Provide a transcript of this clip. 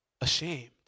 ashamed